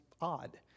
odd